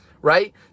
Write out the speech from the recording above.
right